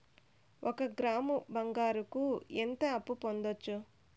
ఒక గ్రాము బంగారంకు ఎంత అప్పు పొందొచ్చు